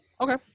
Okay